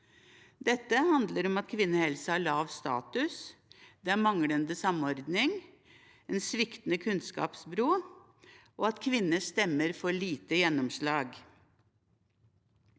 Dette handler om at kvinnehelse har lav status, at det er manglende samordning og en sviktende kunnskapbro, og at kvinners stemme får lite gjennomslag,